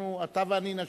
אתה ואני נשיר,